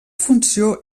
funció